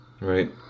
Right